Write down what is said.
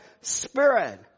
spirit